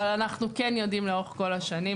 אבל אנחנו כן יודעים לאורך כל השנים,